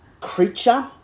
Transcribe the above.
creature